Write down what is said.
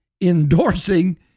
endorsing